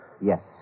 Yes